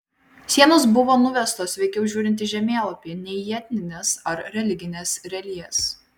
sienos buvo nuvestos veikiau žiūrint į žemėlapį nei į etnines ar religines realijas